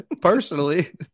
Personally